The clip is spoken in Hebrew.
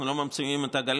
אנחנו לא ממציאים את הגלגל,